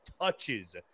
touches